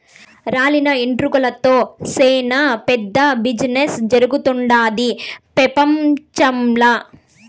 రాలిన వెంట్రుకలతో సేనా పెద్ద బిజినెస్ జరుగుతుండాది పెపంచంల